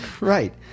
Right